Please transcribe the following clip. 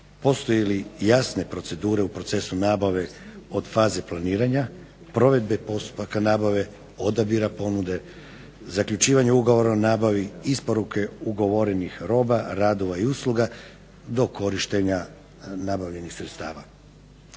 postoji li jasne procedure u procesu nabave od faze planiranja provedbe postupaka nabave, odabira ponude, zaključivanje ugovora o nabavi, isporuke ugovorenih roba, radova i usluga do korištenja nabavljenih sredstava.